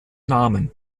namen